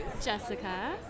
Jessica